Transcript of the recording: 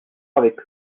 avec